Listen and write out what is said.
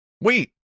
wait